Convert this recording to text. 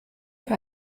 für